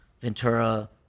Ventura